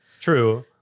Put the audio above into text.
True